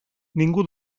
ningú